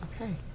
Okay